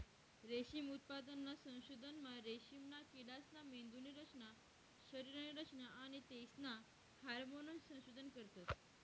रेशीम उत्पादनना संशोधनमा रेशीमना किडासना मेंदुनी रचना, शरीरनी रचना आणि तेसना हार्मोन्सनं संशोधन करतस